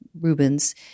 Rubens